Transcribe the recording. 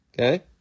Okay